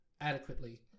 adequately